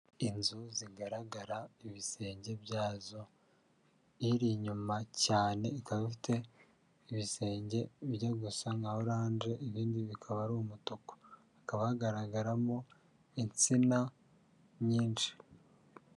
Inzu zigaragara ibisenge byazo, iri inyuma cyane ikaba ifite ibisenge bijya gusa nka orange ibindi bikaba ari umutuku, hakaba hagaragaramo insina nyinshi.